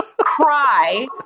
cry